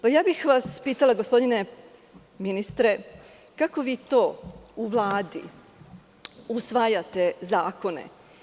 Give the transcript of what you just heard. Pitala bih vas, gospodine ministre, kako vi to u Vladi usvajate zakone?